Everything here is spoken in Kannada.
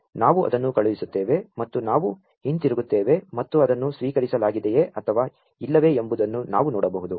ನಾ ವು ಅದನ್ನು ಕಳು ಹಿಸು ತ್ತೇ ವೆ ಮತ್ತು ನಾ ವು ಹಿಂ ತಿರು ಗು ತ್ತೇ ವೆ ಮತ್ತು ಅದನ್ನು ಸ್ವೀ ಕರಿಸಲಾ ಗಿದೆಯೇ ಅಥವಾ ಇಲ್ಲವೇ ಎಂ ಬು ದನ್ನು ನಾ ವು ನೋ ಡಬಹು ದು